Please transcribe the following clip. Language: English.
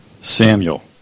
Samuel